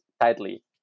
tightly